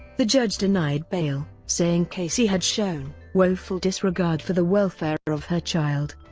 the judge denied bail, saying casey had shown woeful disregard for the welfare of her child.